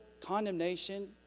condemnation